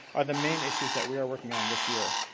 are the main issues that we are working on this year.